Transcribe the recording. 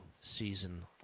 season